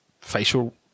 facial